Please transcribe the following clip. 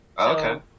Okay